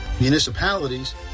municipalities